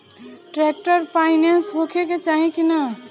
Tractor finance होखे के चाही कि ना?